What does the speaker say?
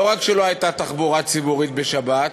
לא רק שלא הייתה תחבורה ציבורית בשבת,